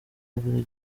buri